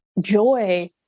joy